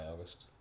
august